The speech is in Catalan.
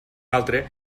altre